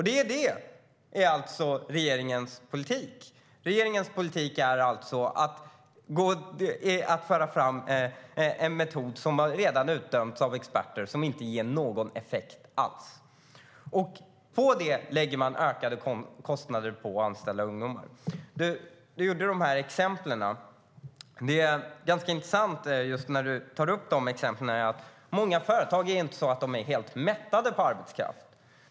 Det är alltså regeringens politik - att föra fram en metod som redan utdömts av experter och som inte ger någon effekt alls. På det lägger man ökade kostnader för att anställa ungdomar. Exemplen du tar upp, Magdalena Andersson, är också intressanta. Det är inte så att många företag är helt mättade med arbetskraft.